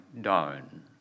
down